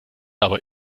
aber